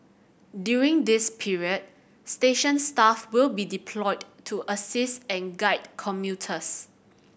during this period station staff will be deployed to assist and guide commuters